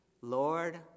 Lord